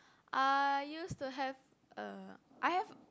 I used to have a I have